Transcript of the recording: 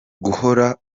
guhora